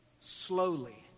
slowly